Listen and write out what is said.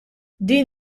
din